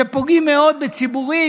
שפוגעים מאוד בציבורים,